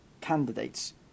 candidates